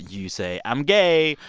you say i'm gay,